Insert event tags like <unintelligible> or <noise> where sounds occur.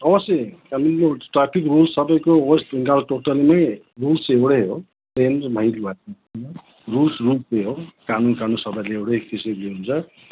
अवश्यै <unintelligible> traffic rules सबैको west Bengal टोटलमै रुल्स एउटै हो चेन्ज <unintelligible> रुल्स रुल्स नै हो कानुन कानुन सबैलाई एउटै किसिमले हुन्छ